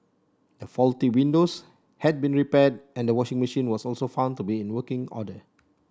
the faulty windows had been repaired and the washing machine was also found to be in working order